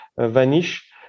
vanish